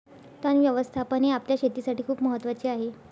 तण व्यवस्थापन हे आपल्या शेतीसाठी खूप महत्वाचे आहे